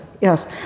yes